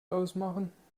ausmachen